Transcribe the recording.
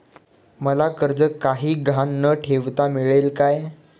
मला कर्ज काही गहाण न ठेवता मिळेल काय?